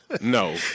no